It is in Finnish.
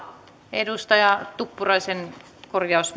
edustaja tuppuraisen korjaus